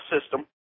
system